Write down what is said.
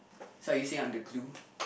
so are you saying I'm the glue